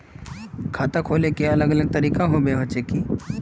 खाता खोले के अलग अलग तरीका होबे होचे की?